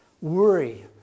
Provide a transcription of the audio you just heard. worry